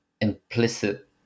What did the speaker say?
implicit